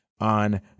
on